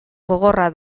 gogorra